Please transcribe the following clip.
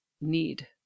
need